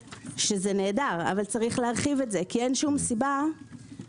שזה נהדר אבל יש להרחיב את זה כי אין סיבה שאקנה,